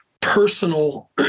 personal